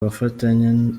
bufatanye